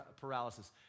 paralysis